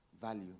value